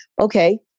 okay